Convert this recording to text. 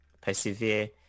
persevere